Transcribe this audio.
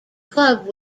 club